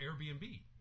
Airbnb